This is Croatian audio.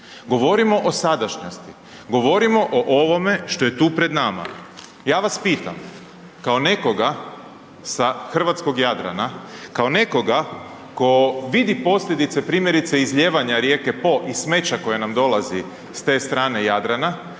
Govorimo o sadašnjosti. Govorimo o ovome što je tu pred nama. Ja vas pitam kao nekoga sa hrvatskog Jadrana, kao nekoga ko vidi posljedice primjerice izlijevanja rijeke Po i smeća koje nam dolazi s te strane Jadrana,